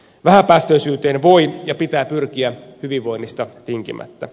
vähäpäästöisyyteen voi ja pitää pyrkiä hyvinvoinnista tinkimättä